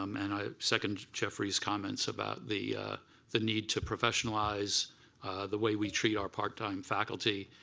um and i second jeffrey's comments about the the need to professionalize the way we treat our part time faculty.